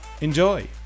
Enjoy